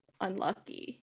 unlucky